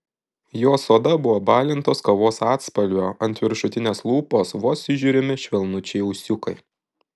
jos oda buvo balintos kavos atspalvio ant viršutinės lūpos vos įžiūrimi švelnučiai ūsiukai